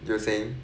you were saying